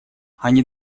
они